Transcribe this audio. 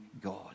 God